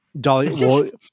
Dolly